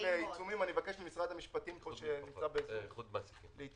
ערעורים ועיצומים אבקש ממשרד המשפטים שנמצא בזום להתייחס.